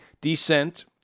descent